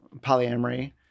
polyamory